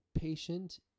patient